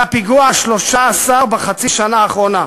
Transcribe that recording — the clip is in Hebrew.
זה הפיגוע ה-13 בחצי השנה האחרונה.